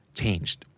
changed